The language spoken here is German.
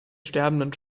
sterbenden